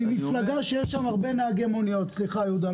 מפלגה שיש בה הרבה נהגי מוניות סליחה יהודה,